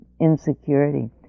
insecurity